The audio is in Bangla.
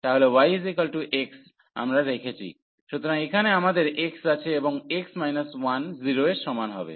তাহলে y x আমরা রেখেছি সুতরাং এখানে আমাদের x আছে এবং 0 এর সমান হবে